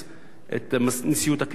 את נשיאות הכנסת,